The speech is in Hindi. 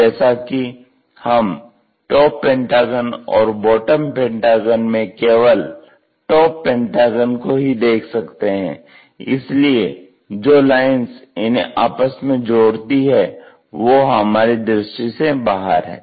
जैसा कि हम टॉप पेंटागन और बॉटम पेंटागन में केवल टॉप पेंटागन को ही देख सकते हैं इसलिए जो लाइंस इन्हें आपस में जोड़ती हैं वो हमारी दृष्टि से बाहर हैं